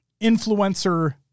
influencer